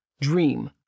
dream